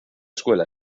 escuela